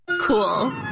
Cool